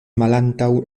malantaŭ